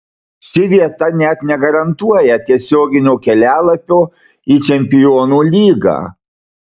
ši vieta net negarantuoja tiesioginio kelialapio į čempionų lygą